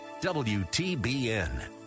WTBN